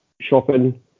shopping